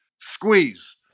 Squeeze